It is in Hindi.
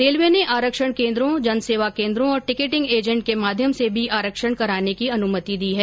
रेलवे ने आरक्षण केन्द्रों जन सेवा केन्द्रों और टिकिटिंग एजेंट के माध्यम से भी आरक्षण कराने की अनुमति दी है